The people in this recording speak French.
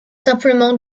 simplement